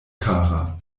kara